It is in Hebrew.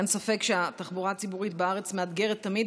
אין ספק שהתחבורה הציבורית בארץ מאתגרת תמיד,